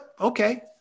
okay